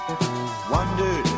wondered